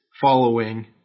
following